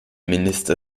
minister